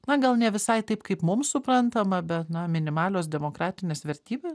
na gal ne visai taip kaip mums suprantama bet na minimalios demokratinės vertybė